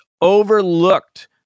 overlooked